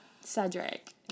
Cedric